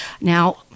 Now